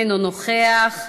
אינו נוכח,